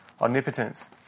omnipotence